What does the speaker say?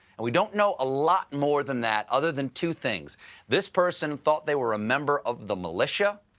and we dont know a lot more than, that other than two things this person thought they were a member of the militia.